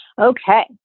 Okay